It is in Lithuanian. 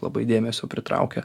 labai dėmesio pritraukia